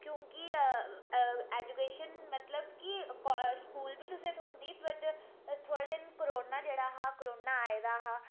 क्योंकि एजुकेशन मतलब कि स्कूल बी तुसेंगी थ्होंदी बट थोह्ड़े दिन कोरोना जेह्ड़ा हा कोरोना आए दा हा